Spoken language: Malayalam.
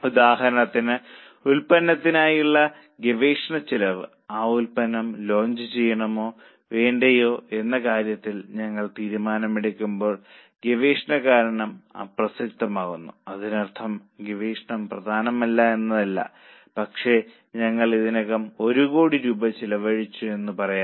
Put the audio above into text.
ഉദാഹരണത്തിന് ഉൽപന്നത്തിനായുള്ള ഗവേഷണ ചെലവ് ആ ഉൽപ്പന്നം ലോഞ്ച് ചെയ്യണോ വേണ്ടയോ എന്ന കാര്യത്തിൽ ഞങ്ങൾ തീരുമാനമെടുക്കുമ്പോൾ ഗവേഷണ കാരണം അപ്രസക്തമാകും അതിനർത്ഥം ഗവേഷണം പ്രധാനമല്ല എന്നല്ല പക്ഷേ ഞങ്ങൾ ഇതിനകം ഗവേഷണത്തിൽ 1 കോടി രൂപ ചെലവഴിച്ചുവെന്ന് പറയാം